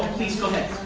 please go ahead.